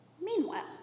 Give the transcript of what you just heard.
Meanwhile